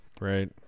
Right